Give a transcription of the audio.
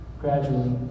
Gradually